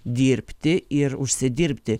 dirbti ir užsidirbti